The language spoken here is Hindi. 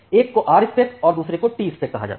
एक को Rspec और दूसरे को Tspec कहा जाता है